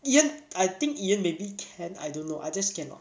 ian I think ian maybe can I don't know I just cannot